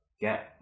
get